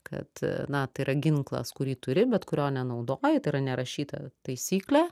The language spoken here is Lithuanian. kad na tai yra ginklas kurį turi bet kurio nenaudoji tai yra nerašyta taisyklė